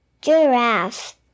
Giraffe